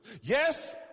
Yes